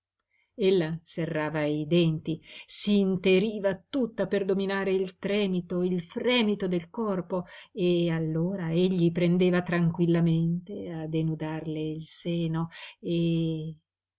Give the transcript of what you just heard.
ella serrava i denti s'interiva tutta per dominare il tremito il fremito del corpo e allora egli prendeva tranquillamente a denudarle il seno e